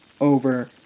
over